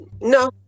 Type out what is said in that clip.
No